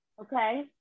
okay